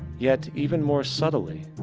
yet even more subtly,